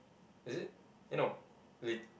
is it eh no late